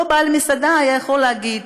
אותו בעל מסעדה היה יכול להגיד: